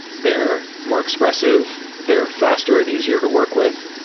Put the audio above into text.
they're more expressive, they're faster and easier to work with.